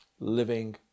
living